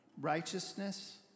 righteousness